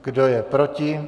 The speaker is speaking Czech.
Kdo je proti?